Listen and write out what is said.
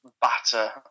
batter